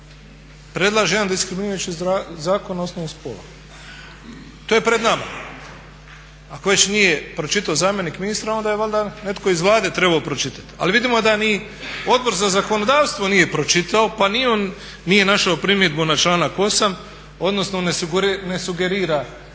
predlaže jedan diskriminirajući zakon na osnovu spola? To je pred nama. Ako već nije pročitao zamjenik ministra, onda je valjda netko iz Vlade trebao pročitati. Ali vidimo da ni Odbor za zakonodavstvo nije pročitao pa ni on nije našao primjedbu na članak 8. odnosno ne sugerira